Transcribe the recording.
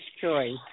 choice